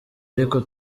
ariko